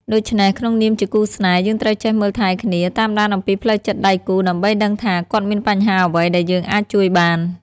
ដូច្នេះ ក្នុងនាមជាគូស្នេហ៍ យើងត្រូវចេះមើលថែគ្នា តាមដានអំពីផ្លូវចិត្តដៃគូ ដើម្បីដឹងថាគាត់មានបញ្ហាអ្វីដែលយើងអាចជួយបាន។